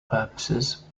purposes